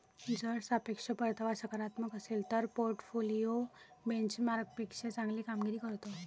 जर सापेक्ष परतावा सकारात्मक असेल तर पोर्टफोलिओ बेंचमार्कपेक्षा चांगली कामगिरी करतो